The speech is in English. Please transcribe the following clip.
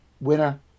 winner